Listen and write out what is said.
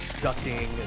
ducking